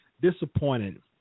disappointed